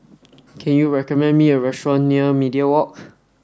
can you recommend me a restaurant near Media Walk